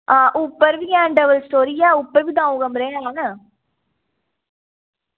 आं उप्पर बी ऐ डबल स्टोरी उप्पर बी दौं कमरे हैन